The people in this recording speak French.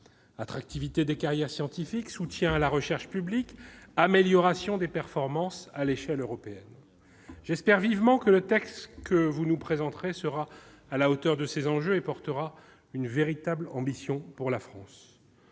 attractivité des carrières scientifiques, soutien à la recherche publique, amélioration des performances à l'échelle européenne ... J'espère vivement que le texte que vous nous présenterez sera à la hauteur de ces enjeux et portera une véritable ambition pour la France.